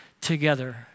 together